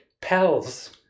Pals